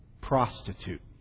prostitute